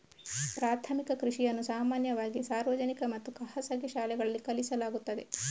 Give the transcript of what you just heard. ಪ್ರಾಥಮಿಕ ಕೃಷಿಯನ್ನು ಸಾಮಾನ್ಯವಾಗಿ ಸಾರ್ವಜನಿಕ ಮತ್ತು ಖಾಸಗಿ ಶಾಲೆಗಳಲ್ಲಿ ಕಲಿಸಲಾಗುತ್ತದೆ